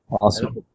awesome